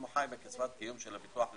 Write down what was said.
אם הוא חי מקצבת קיום של הביטוח הלאומי,